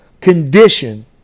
condition